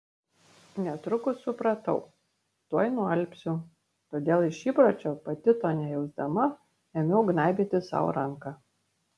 netrukus supratau tuoj nualpsiu todėl iš įpročio pati to nejausdama ėmiau gnaibyti sau ranką